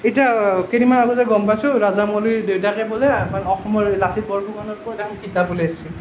এতিয়া কেইদিনমান আগতে গম পাইছোঁ ৰাজামৌলীৰ দেউতাকে বোলে আমাৰ অসমৰ লাচিত বৰফুকনৰ ওপৰত এখন কিতাপ উলিয়াইছে